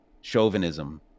chauvinism